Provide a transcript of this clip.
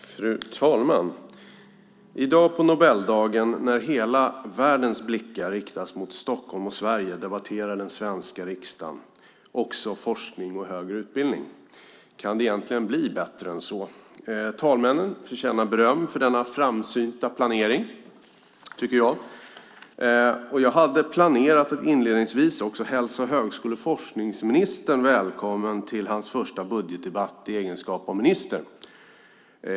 Fru talman! I dag på Nobeldagen när hela världens blickar riktas mot Stockholm och Sverige debatterar den svenska riksdagen också forskning och högre utbildning. Kan det egentligen bli bättre än så? Talmännen förtjänar beröm för denna framsynta planering, tycker jag. Jag hade planerat att inledningsvis också hälsa högskole och forskningsministern välkommen till hans första budgetdebatt i egenskap av minister.